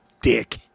dick